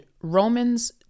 Romans